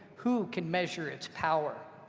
who can measure it's power.